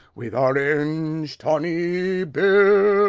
with orange-tawny bill,